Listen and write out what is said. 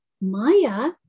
Maya